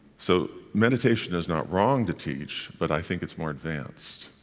so meditation is not wrong to teach, but i think it's more advanced.